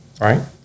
right